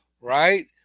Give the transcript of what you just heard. right